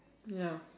ya